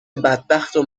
بدبختو